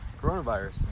coronavirus